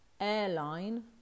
airline